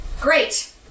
Great